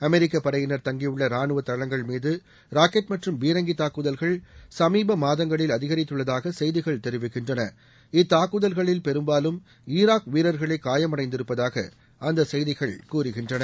அமெரிக்க படையினர் தங்கியுள்ள ரானுவ தளங்கள் மீது ராக்கெட் மற்றும் பீரங்கி தாக்குதல்கள் சமீப மாதங்களில் அதிகரித்துள்ளதாக செய்திகள் தெரிவிக்கின்றன இத்தாக்குதல்களில் பெரும்பாலும் ஈராக் வீரர்களே காயமடைந்திருப்பதாக அந்த செய்திகள் கூறுகின்றன